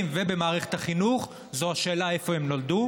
ובמערכת החינוך זה השאלה איפה הם נולדו,